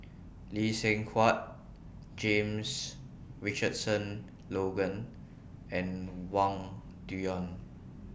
Lee Seng Huat James Richardson Logan and Wang Dayuan